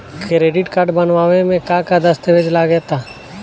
Credit card बनवावे म का का दस्तावेज लगा ता?